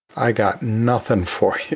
i got nothing for you.